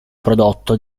prodotto